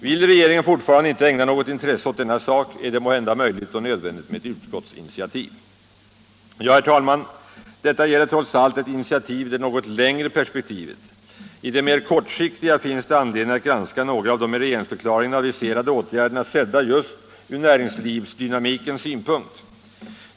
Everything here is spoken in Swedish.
Vill regeringen fortfarande inte ägna något intresse åt denna sak är det måhända möjligt och nödvändigt med ett utskottsinitiativ. Ja, herr talman, detta gäller trots allt ett initiativ i det något längre perspektivet. I det mer kortsiktiga finns det anledning att granska några av de i regeringsförklaringen aviserade åtgärderna sedda just ur näringslivsdynamikens synpunkt.